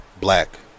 black